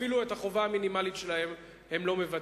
אפילו את החובה המינימלית שלהם הם לא מבצעים.